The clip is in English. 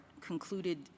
concluded